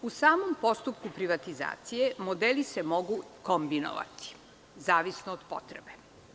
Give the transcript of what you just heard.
U samom postupku privatizacije, modeli se mogu kombinovati, zavisno od potrebe.